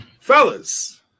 fellas